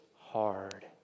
hard